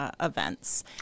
events